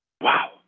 Wow